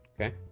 okay